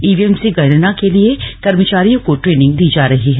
EVM से गणना के लिए कर्मचारियों को ट्रेनिंग दी जा रही है